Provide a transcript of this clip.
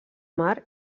mar